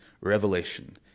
revelation